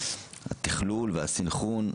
התכלול והסנכרון.